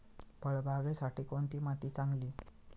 फळबागेसाठी कोणती माती चांगली?